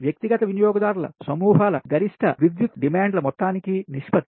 వ్యక్తిగత వినియోగదారుల సమూహాల గరిష్ట విద్యుత్ డిమాండ్ల మొత్తానికి నిష్పత్తి